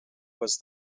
was